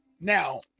Now